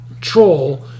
troll